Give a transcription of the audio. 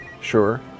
Sure